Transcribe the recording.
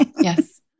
Yes